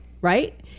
right